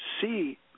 see